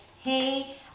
hey